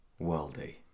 worldy